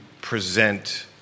present